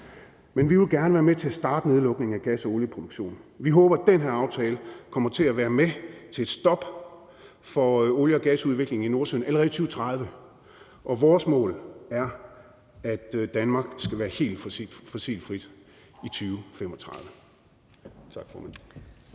men vi vil gerne være med til at starte nedlukningen af gas- og olieproduktionen. Vi håber, at den her aftale kommer til at være med til et stop for olie- og gasudvikling i Nordsøen allerede i 2030, og vores mål er, at Danmark skal være helt fossilfrit i 2035.